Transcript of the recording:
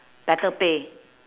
better pay